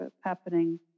happening